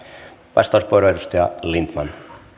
vastauspuheenvuoro edustaja lindtman